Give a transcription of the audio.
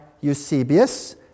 eusebius